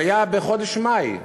זה היה בחודש מאי,